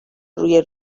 روی